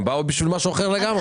הם באו למשהו אחר לגמרי.